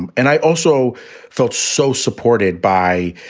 and and i also felt so supported by,